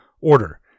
order